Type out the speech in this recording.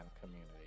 community